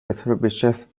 established